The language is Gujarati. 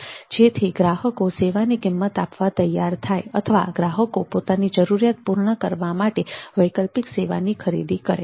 જેથી ગ્રાહકો સેવાની કિંમત આપવા તૈયાર થાય અથવા ગ્રાહકો પોતાની જરૂરિયાતો પૂર્ણ કરવા માટે વૈકલ્પિક સેવાની ખરીદી કરે